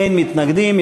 אין מתנגדים,